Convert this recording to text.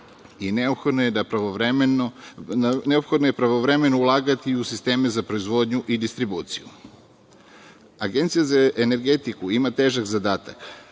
i neophodno je pravovremeno ulagati i u sisteme za proizvodnju i distribuciju. Agencija za energetiku ima težak zadatak,